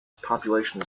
population